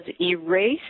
Erase